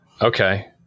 okay